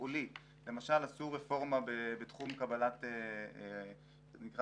וספציפית הקטע הזה בדוח מבקר המדינה עסק בצמצום הנטל